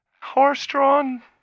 horse-drawn